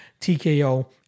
TKO